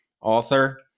author